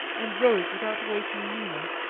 and rose without waking mina.